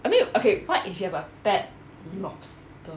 I mean okay what if you have a pet lobster